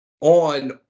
on